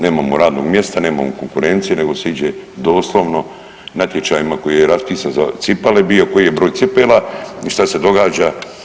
Nemamo radnog mjesta, nemamo konkurencije nego se iđe doslovno natječajima koji je raspisan za cipele bio, koji je broj cipela i šta se događa?